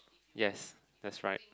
yes that's right